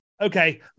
Okay